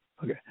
Okay